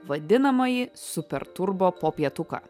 vadinamąjį super turbo popietuką